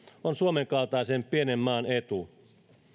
on suomen kaltaisen pienen maan etu